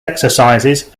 exercises